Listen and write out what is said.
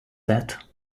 that